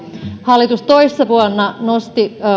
hallitus toissa vuonna nosti